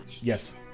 yes